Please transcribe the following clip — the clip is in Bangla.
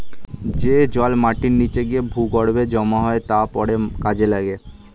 যে জল মাটির নিচে গিয়ে ভূগর্ভে জমা হয় তা পরে কাজে লাগে